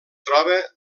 troba